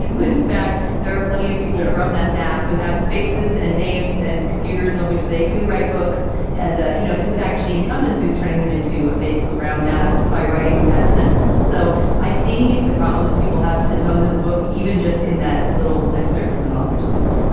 when in fact there are plenty of people from that mass who have faces and names and computers on which they do write books. and, you know, it's infection incumbents who's turning them into a faceless brown mass by writing that sentence so i see the problem that people have with the tone of the book, even just in that little excerpt from an author's note,